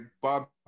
bob